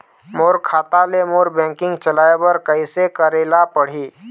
मोर खाता ले मोर बैंकिंग चलाए बर कइसे करेला पढ़ही?